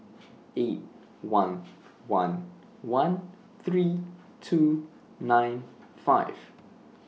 eight one one one three two nine five